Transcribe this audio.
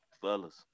fellas